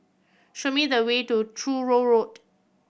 show me the way to Truro Road